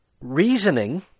reasoning